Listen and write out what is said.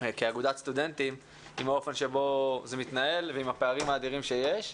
כאגודת סטודנטים עם האופן שבו זה מתנהל ועם הפערים האדירים שיש,